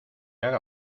haga